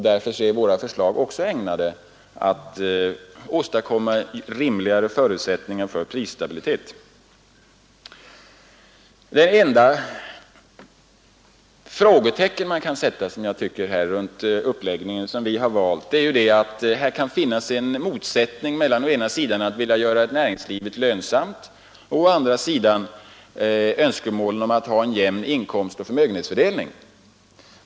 Därför är våra förslag också ägnade att åstadkomma rimligare förutsättningar för prisstabilitet. Det enda frågetecken jag tycker man kan sätta vid den uppläggning vi har valt är att det här kan finnas en motsättning mellan å ena sidan viljan att göra näringslivet lönsamt och å andra sidan önskemålet om en jämn inkomstoch förmögenhetsfördelning.